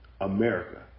America